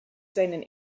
seinen